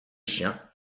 chien